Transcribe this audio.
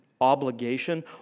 obligation